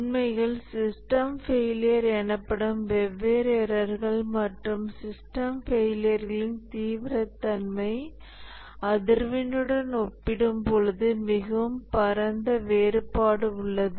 உண்மையில் system failure எனப்படும் வெவ்வேறு எரர்கள் மற்றும் சிஸ்டம் ஃபெயிலியரின் தீவிரத்தன்மை அதிர்வெண்ணுடன் ஒப்பிடும் பொழுது மிகவும் பரந்த வேறுபாடு உள்ளது